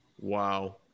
Wow